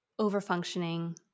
overfunctioning